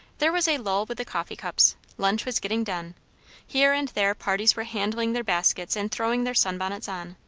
there was a lull with the coffee cups lunch was getting done here and there parties were handling their baskets and throwing their sun-bonnets on.